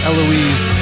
Eloise